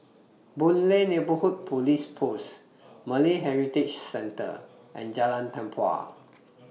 Boon Lay Neighbourhood Police Post Malay Heritage Centre and Jalan Tempua